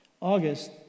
August